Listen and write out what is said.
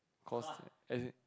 cause as in